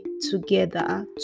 together